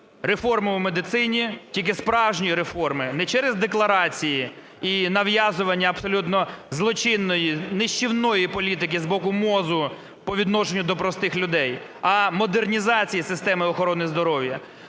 реформи у медицині, тільки справжні реформи, не через декларації і нав'язування абсолютно злочинної, нищівної політики з бокуМОЗу по відношенню до простих людей, а модернізації системи охорони здоров'я.